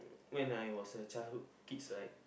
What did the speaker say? when I was a childhood kids right